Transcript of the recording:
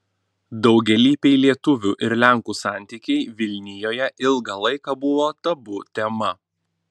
daugialypiai lietuvių ir lenkų santykiai vilnijoje ilgą laiką buvo tabu tema